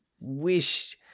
wish